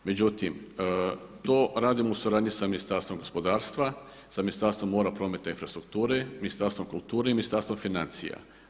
Međutim, to radimo u suradnji sa Ministarstvo gospodarstva, sa Ministarstvom mora, prometa i infrastrukture, Ministarstvom kulture i Ministarstvom financija.